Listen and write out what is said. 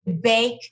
bake